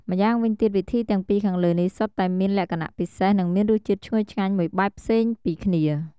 ម្យ៉ាងវិញទៀតវិធីទាំងពីរខាងលើនេះសុទ្ធតែមានលក្ខណៈពិសេសនិងមានរសជាតិឈ្ងុយឆ្ងាញ់មួយបែបផ្សេងពីគ្នា។